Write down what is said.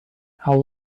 how